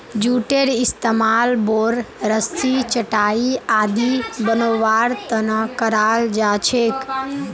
जूटेर इस्तमाल बोर, रस्सी, चटाई आदि बनव्वार त न कराल जा छेक